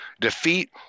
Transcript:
defeat